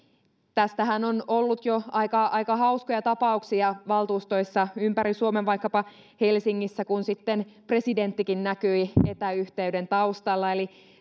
tästähän on ollut jo aika aika hauskoja tapauksia valtuustoissa ympäri suomen vaikkapa helsingissä kun presidenttikin näkyi etäyhteyden taustalla